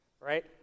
right